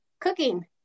cooking